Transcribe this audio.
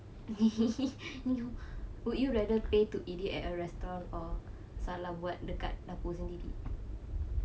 you would you rather pay to eat it at a restaurant atau salah buat dekat dapur sendiri